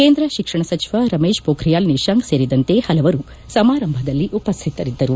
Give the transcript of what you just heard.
ಕೇಂದ್ರ ಶಿಕ್ಷಣ ಸಚಿವ ರಮೇಶ್ ಪೋಖಿಯಾಲ್ ನಿಶಾಂಕ್ ಸೇರಿದಂತೆ ಹಲವರು ಸಮಾರಂಭದಲ್ಲಿ ಉಪಸ್ತಿತರಿದ್ದರು